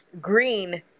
green